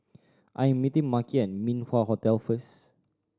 I'm meeting Makhi at Min Wah Hotel first